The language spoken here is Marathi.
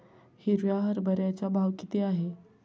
हिरव्या हरभऱ्याचा भाव किती आहे?